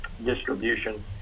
distribution